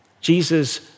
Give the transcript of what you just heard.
Jesus